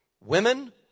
Women